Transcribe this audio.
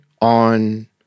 on